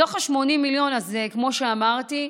בתוך ה-80 מיליון, כמו שאמרתי,